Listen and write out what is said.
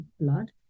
blood